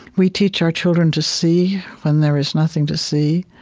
we teach our children to see when there is nothing to see,